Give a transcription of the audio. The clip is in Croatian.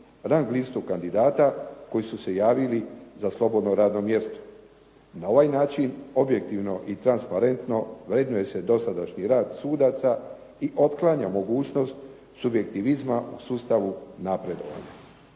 rang listu kandidata koji su se javili za slobodno radno mjesto. Na ovaj način objektivno i transparentno vrednuje se dosadašnji rad sudaca i otklanja mogućnost subjektivizma u sustavu napredovanja.